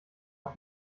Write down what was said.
auf